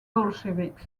bolsheviks